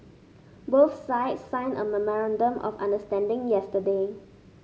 both sides signed a memorandum of understanding yesterday